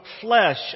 flesh